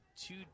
two